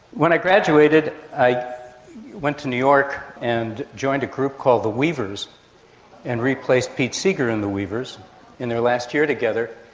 when i graduated, i went to new york and joined a group called the weavers and replaced pete seeger in the weavers in their last year together.